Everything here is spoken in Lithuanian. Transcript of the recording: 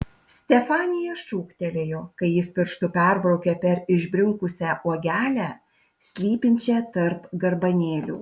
stefanija šūktelėjo kai jis pirštu perbraukė per išbrinkusią uogelę slypinčią tarp garbanėlių